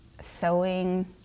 sewing